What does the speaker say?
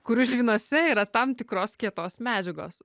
kurių žvynuose yra tam tikros kietos medžiagos